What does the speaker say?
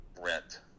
rent